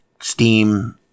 Steam